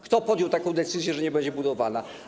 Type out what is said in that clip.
Kto podjął taką decyzję, że nie będzie budowana?